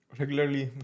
regularly